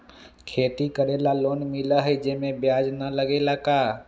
खेती करे ला लोन मिलहई जे में ब्याज न लगेला का?